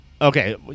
Okay